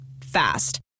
Fast